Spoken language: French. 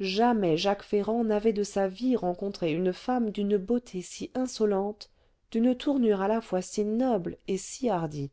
jamais jacques ferrand n'avait de sa vie rencontré une femme d'une beauté si insolente d'une tournure à la fois si noble et si hardie